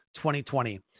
2020